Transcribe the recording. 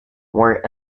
were